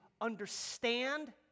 understand